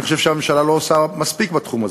אני חושב שהממשלה לא עושה מספיק בתחום הזה.